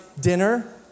dinner